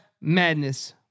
madness